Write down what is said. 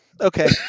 Okay